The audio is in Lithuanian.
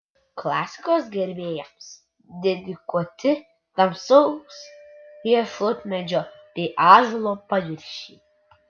klasikos gerbėjams dedikuoti tamsaus riešutmedžio bei ąžuolo paviršiai